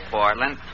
Portland